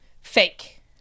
Fake